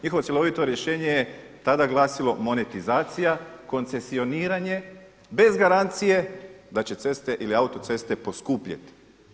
Njihovo cjelovito rješenje je tada glasilo monetizacija, koncesioniranje bez garancije da će ceste i autoceste poskupjeti.